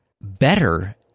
better